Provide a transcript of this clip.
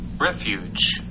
refuge